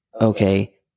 okay